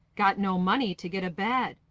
got no money to get a bed.